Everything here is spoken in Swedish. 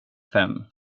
fem